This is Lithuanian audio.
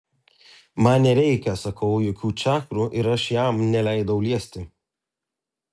man nereikia sakau jokių čakrų ir aš jam neleidau liesti